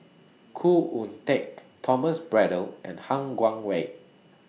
Khoo Oon Teik Thomas Braddell and Han Guangwei